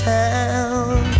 town